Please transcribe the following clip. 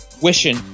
wishing